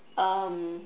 um